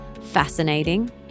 fascinating